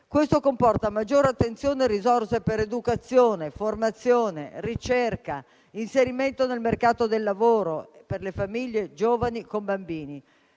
Questo comporta maggiore attenzione e risorse per educazione, formazione, ricerca, inserimento nel mercato del lavoro e per le famiglie giovani con bambini.